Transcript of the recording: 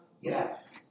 Yes